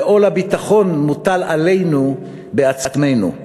ועול הביטחון מוטל עלינו בעצמנו.